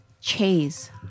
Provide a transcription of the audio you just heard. chase